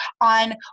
on